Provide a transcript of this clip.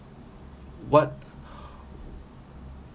what